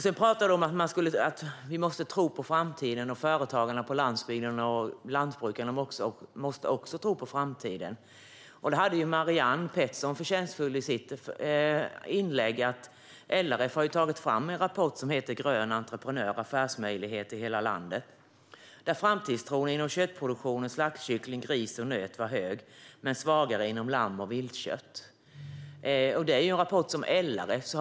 Sedan pratar du om att vi måste tro på framtiden och om att lantbrukarna och företagarna på landsbygden också måste tro på framtiden. Marianne Pettersson tog förtjänstfullt upp i sitt inlägg att LRF har tagit fram en rapport som heter Grön entreprenör - affärsmöjligheter i hela landet . Där framgår att framtidstron inom köttproduktionen är stark vad gäller slaktkycklingar, gris och nöt men att den är svagare när det gäller lamm och viltkött. Denna rapport kommer från LRF.